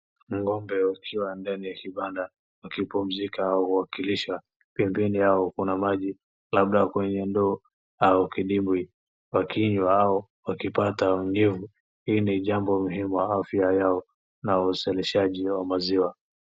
Ng'ombe wakiwa ndani ya kibanda wakipumzika au wakilishwa pembeni yao kuna maji labda kwenye ndoo au kidimbwi wakinywa au wakipata unyevu. Hili ni jambo muhimu kwa afya yao na uzalishaji wa maziwa.